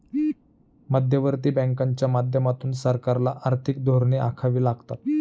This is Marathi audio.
मध्यवर्ती बँकांच्या माध्यमातून सरकारला आर्थिक धोरणे आखावी लागतात